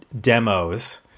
demos